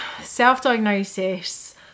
self-diagnosis